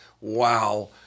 wow